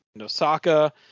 Osaka